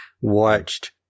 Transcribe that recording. watched